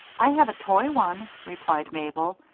i have a toy one, replied mabel,